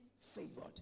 favored